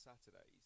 Saturdays